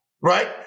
right